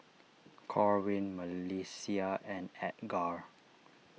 Corwin Melissia and Edgar